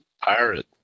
pirate